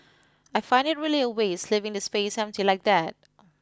I find it really a waste leaving the space empty like that